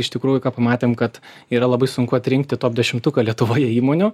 iš tikrųjų ką pamatėm kad yra labai sunku atrinkti top dešimtuką lietuvoje įmonių